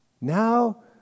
Now